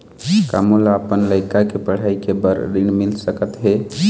का मोला अपन लइका के पढ़ई के बर ऋण मिल सकत हे?